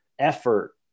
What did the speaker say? effort